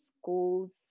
schools